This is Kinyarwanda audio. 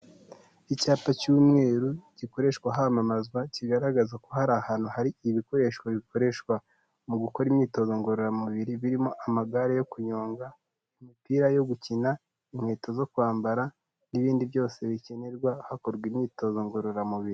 Icyapa cy'umweru gikoreshwa hamamazwa, kigaragaza ko hari ahantu hari ibikoresho bikoreshwa mu gukora imyitozo ngororamubiri, birimo amagare yo kunyonga, imipira yo gukina, inkweto zo kwambara, n'ibindi byose bikenerwa hakorwa imyitozo ngororamubiri.